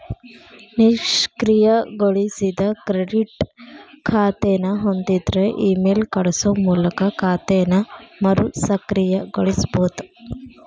ನಿಷ್ಕ್ರಿಯಗೊಳಿಸಿದ ಕ್ರೆಡಿಟ್ ಖಾತೆನ ಹೊಂದಿದ್ರ ಇಮೇಲ್ ಕಳಸೋ ಮೂಲಕ ಖಾತೆನ ಮರುಸಕ್ರಿಯಗೊಳಿಸಬೋದ